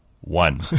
one